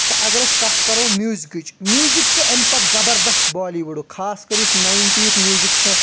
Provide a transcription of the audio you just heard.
تہٕ اَگر أسۍ کَتھ کرو میوٗزکچ میوزک چھ اَمہِ پَتہٕ زَبردست بالی وُڈُک خاص کر یُس ناینٹی یُک میوٗزِک چھُ نا